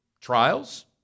Trials